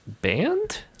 band